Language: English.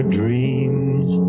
dreams